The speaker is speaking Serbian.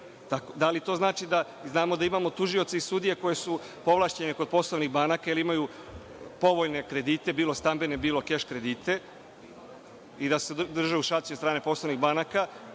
znači da znamo da imamo tužioca i sudije koji su povlašćeni kod poslovnih banaka ili imaju povoljne kredite, bilo stambene, bilo keš kredite i da se drže u šaci od strane poslovnih banaka,